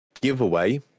giveaway